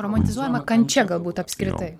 romantizuojama kančia galbūt apskritai